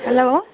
hello